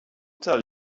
tell